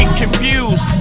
confused